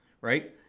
right